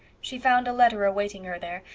she found a letter awaiting her there,